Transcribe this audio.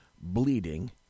bleeding